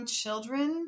children